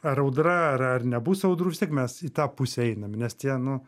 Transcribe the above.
ar audra ar ar nebus audrų vis tiek mes į tą pusę einam nes tie nu